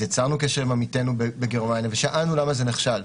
אז יצרנו קשר עם עמיתינו בגרמניה ושאלנו למה זה נכשל.